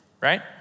right